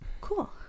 Cool